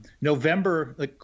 November